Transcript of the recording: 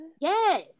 Yes